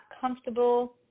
comfortable